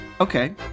okay